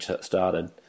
started